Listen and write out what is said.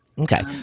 Okay